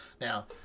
Now